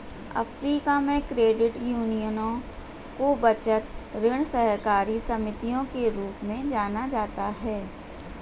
Africa में, credit यूनियनों को बचत, ऋण सहकारी समितियों के रूप में जाना जाता है